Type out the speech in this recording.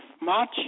March